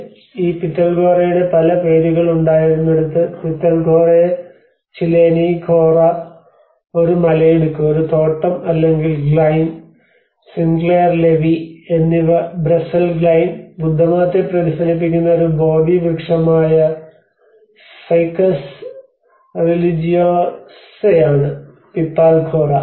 Deshpande ഈ പിറ്റൽഖോറയുടെ പല പേരുകൾ ഉണ്ടായിരുന്നിടത്ത് പിത്താൽഖോറയ Chileni Khora Pithalkhoraya ChiLeni Khora ഒരു മലയിടുക്ക് ഒരു തോട്ടം അല്ലെങ്കിൽ ഗ്ലൈൻ സിൻക്ലെയർ ലെവി എന്നിവ ബ്രസൻ ഗ്ലൈൻ ബുദ്ധമതത്തെ പ്രതിഫലിപ്പിക്കുന്ന ഒരു ബോധി വൃക്ഷമായ ഫികസ് റിലിജിയോസയാണ് പിപാൽ ഖോറ